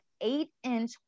eight-inch